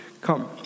come